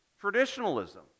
traditionalism